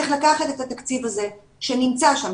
צריך לקחת את התקציב הזה שנמצא שם,